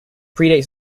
predates